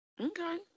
Okay